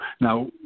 Now